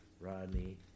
Rodney